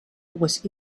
was